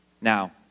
Now